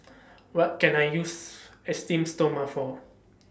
What Can I use Esteem Stoma For